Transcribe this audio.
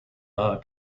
are